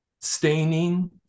staining